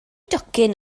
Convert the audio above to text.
docyn